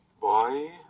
Boy